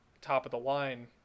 top-of-the-line